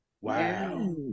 Wow